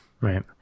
Right